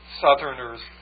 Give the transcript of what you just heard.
Southerners